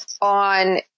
on